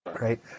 Right